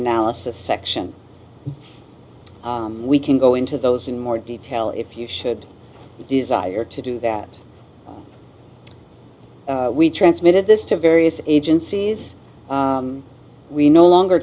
analysis section we can go into those in more detail if you should desire to do that we transmitted this to various agencies we no longer